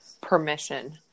permission